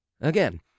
Again